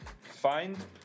find